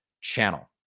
channel